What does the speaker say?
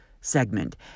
segment